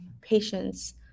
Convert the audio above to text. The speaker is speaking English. patients